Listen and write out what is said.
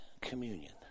communion